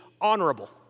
honorable